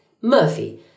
Murphy